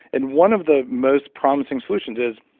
and one of the most promising solutions is,